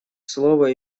слово